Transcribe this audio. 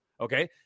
Okay